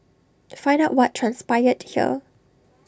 find out what transpired here